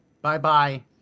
Bye-bye